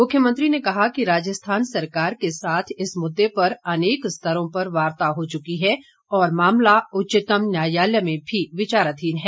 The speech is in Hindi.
मुख्यमंत्री ने कहा कि राजस्थान सरकार के साथ इस मुद्दे पर अनेक स्तरों पर वार्ता हो चुकी है और मामला उच्चतम न्यायालय में भी विचाराधीन है